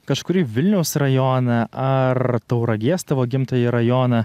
kažkuri vilniaus rajoną ar tauragės tavo gimtąjį rajoną